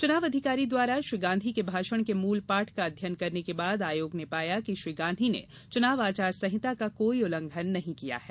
चुनाव अधिकारी द्वारा श्री गांधी के भाषण के मूल पाठ का अध्ययन करने के बाद आयोग ने पाया कि श्री गांधी ने आदर्श चुनाव आचार संहिता का कोई उल्लंघन नही किया है